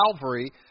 Calvary